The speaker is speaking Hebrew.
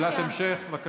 שאלת המשך, בבקשה.